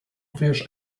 affairs